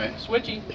switchy!